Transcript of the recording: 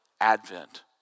Advent